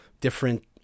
different